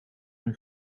een